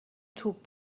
توپ